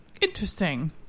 interesting